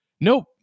Nope